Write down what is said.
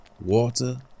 water